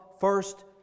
First